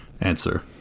answer